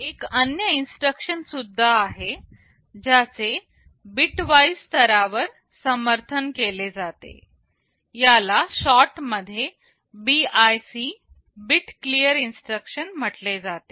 एक अन्य इन्स्ट्रक्शन सुद्धा आहे ज्याचे बिटवाईज स्तरावर समर्थन केले जाते याला शॉर्ट मध्ये BIC बिट क्लियर इन्स्ट्रक्शन म्हटले जाते